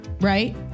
right